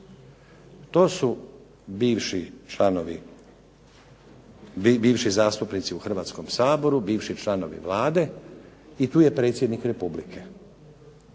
To su bivši zastupnici u Hrvatskom saboru, bivši članovi Vlade i tu je predsjednik Republike.